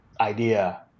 idea